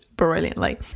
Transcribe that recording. Brilliantly